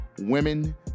women